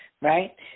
Right